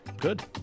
Good